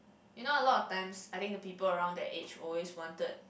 you know a lot of times I think the people around that age always wanted